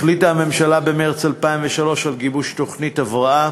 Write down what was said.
החליטה הממשלה במרס 2003 על גיבוש תוכנית הבראה